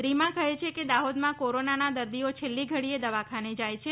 રીમા કહે છે દાહોદમાં કોરોનાના દર્દીઓ છેલ્લી ઘડીએ દવાખાને જાય છે